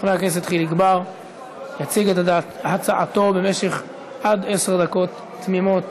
חבר הכנסת חיליק בר יציג את הצעתו במשך עד עשר דקות תמימות